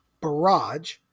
Barrage